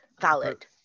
valid